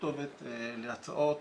כתובת להצעות,